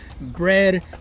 bread